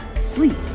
sleep